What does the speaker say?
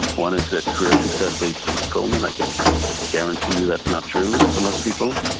one is that career success leads to fulfillment. i can guarantee you that's not true for most people.